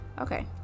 Okay